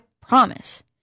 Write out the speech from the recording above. promise